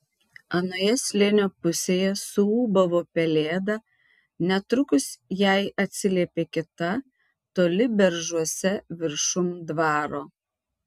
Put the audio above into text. anoje slėnio pusėje suūbavo pelėda netrukus jai atsiliepė kita toli beržuose viršum dvaro